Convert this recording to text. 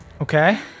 Okay